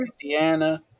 Indiana